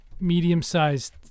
medium-sized